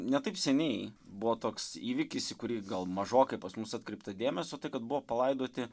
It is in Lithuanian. ne taip seniai buvo toks įvykis į kurį gal mažokai pas mus atkreipta dėmesio tai kad buvo palaidoti